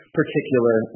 particular